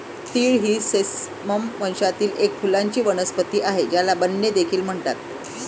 तीळ ही सेसमम वंशातील एक फुलांची वनस्पती आहे, ज्याला बेन्ने देखील म्हणतात